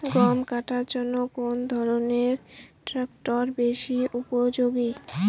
গম কাটার জন্য কোন ধরণের ট্রাক্টর বেশি উপযোগী?